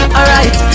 Alright